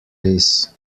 this